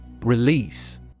Release